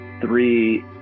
three